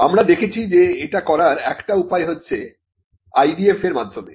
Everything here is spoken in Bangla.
আমরা দেখেছি যে এটা করার একটা উপায় হচ্ছে IDF এর মাধ্যমে